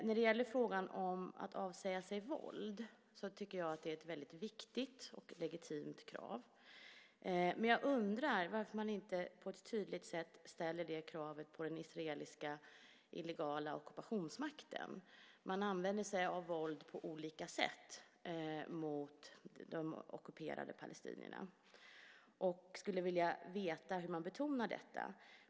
När det gäller frågan att avsäga sig våld är det ett väldigt viktigt och legitimt krav. Jag undrar varför man inte på ett tydligt sätt ställer det kravet på den israeliska illegala ockupationsmakten. Den använder sig av våld på olika sätt mot de ockuperade palestinierna. Jag skulle vilja veta hur Sverige betonar detta.